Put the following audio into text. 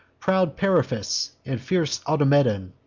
proud periphas, and fierce automedon,